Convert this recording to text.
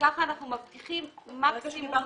אנחנו לא אמרנו: בואו נכניס את זה בחקיקה,